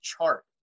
chart